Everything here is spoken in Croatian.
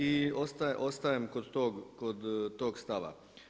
I ostajem kod tog stava.